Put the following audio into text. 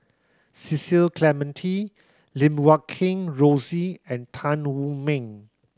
Cecil Clementi Lim Guat Kheng Rosie and Tan Wu Meng